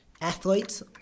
athletes